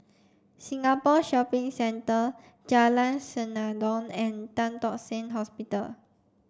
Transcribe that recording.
Singapore Shopping Centre Jalan Senandong and Tan Tock Seng Hospital